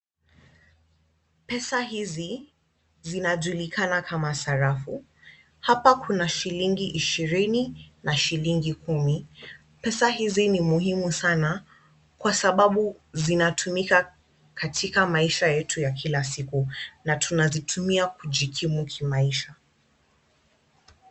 Pesa hizi zinajulikana kama sarafu, hapa kuna shilingi ishirini na shilingi kumi. Pesa hizi ni muhimu sana kwa sababu zinatumika katika maisha yetu ya kila siku na tunazitumia kujikimu kimaisha.